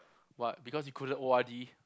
what because you couldn't O_R_D